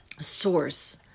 source